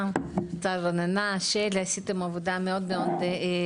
תודה, רננה, שלי, עשיתם עבודה מאוד טובה.